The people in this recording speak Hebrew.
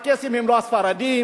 הקייסים הם לא ספרדים,